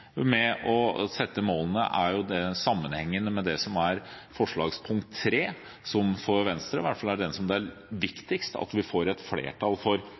med å sette seg målene, har sammenheng med forslag til vedtak III, som det i hvert fall for Venstre er viktigst at vi får et flertall for